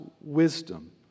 wisdom